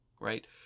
right